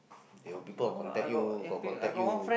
they will people contact you got contact you